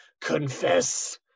Confess